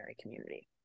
community